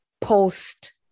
post